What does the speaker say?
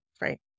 Right